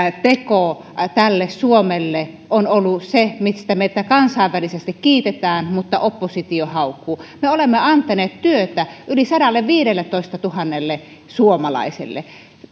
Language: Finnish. teko suomelle on ollut se mistä meitä kansainvälisesti kiitetään mutta oppositio haukkuu me olemme antaneet työtä yli sadalleviidelletoistatuhannelle suomalaiselle